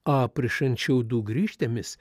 aprišant šiaudų grįžtėmis